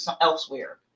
elsewhere